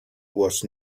was